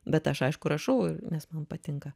bet aš aišku rašau nes man patinka